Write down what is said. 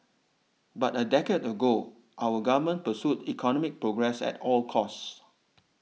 but a decade ago our Government pursued economic progress at all costs